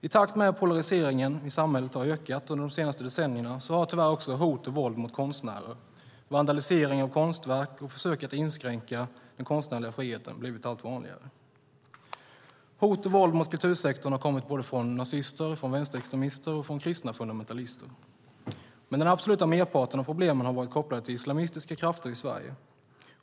I takt med att polariseringen i samhället har ökat under de senaste decennierna har tyvärr också hot och våld mot konstnärer, vandalisering av konstverk och försök att inskränka den konstnärliga friheten blivit allt vanligare. Hot och våld mot kultursektorn har kommit från såväl nazister och vänsterextremister som kristna fundamentalister, men den absoluta merparten av problemen har varit kopplade till islamistiska krafter i Sverige.